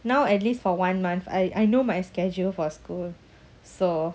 now at least for one month I I know my schedule for school so